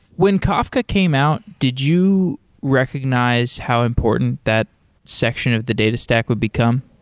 when kafka came out, did you recognize how important that section of the data stack would become?